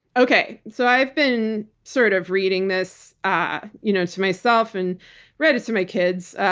okay. so i've been sort of reading this ah you know to myself and read it to my kids,